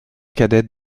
cadette